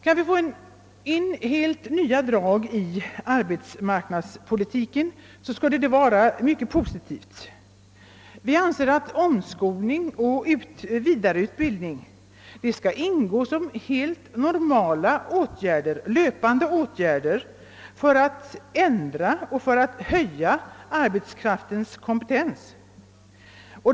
Det skulle vara mycket positivt om vi kunde få in helt nya drag i arbetsmarknadspolitiken. Vi anser att omskolning och vidareutbildning skall ingå som helt normala löpande åtgärder för att ändra och höja arbetskraftens kompetens.